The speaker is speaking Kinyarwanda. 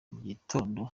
gitondo